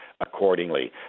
accordingly